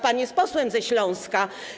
Pan jest posłem ze Śląska.